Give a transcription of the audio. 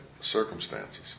circumstances